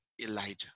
Elijah